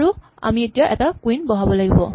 আৰু আমি এতিয়া এটা কুইন বহাব লাগিব